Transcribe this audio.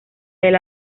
del